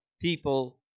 people